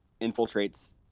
infiltrates